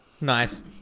Nice